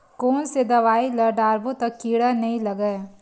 कोन से दवाई ल डारबो त कीड़ा नहीं लगय?